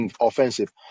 offensive